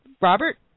Robert